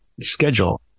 schedule